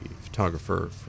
photographer